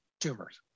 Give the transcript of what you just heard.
tumors